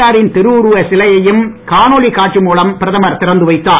ஆரின் திருவுருவச் சிலையையும் காணொளிக் காட்சி மூலம் பிரதமர் திறந்து வைத்தார்